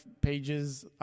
pages